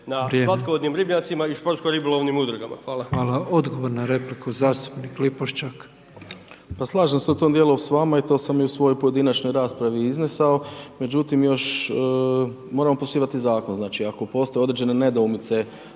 na slatkovodnim ribnjacima i športsko-ribolovnim udruga. Hvala. **Petrov, Božo (MOST)** Odgovor na repliku, zastupnik Lipošćak. **Lipošćak, Tomislav (HDZ)** Pa slažem se u tom dijelu s vama i to sam i u svojoj pojedinačnoj raspravi iznesao međutim još moramo poštivati zakon. Znači ako postoje određene nedoumice